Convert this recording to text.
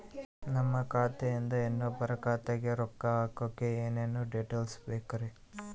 ನಮ್ಮ ಖಾತೆಯಿಂದ ಇನ್ನೊಬ್ಬರ ಖಾತೆಗೆ ರೊಕ್ಕ ಹಾಕಕ್ಕೆ ಏನೇನು ಡೇಟೇಲ್ಸ್ ಬೇಕರಿ?